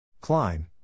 Klein